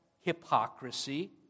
hypocrisy